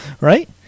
right